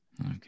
Okay